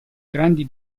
grandi